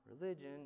religion